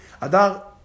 Adar